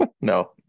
No